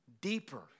deeper